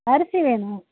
அரிசி வேணும்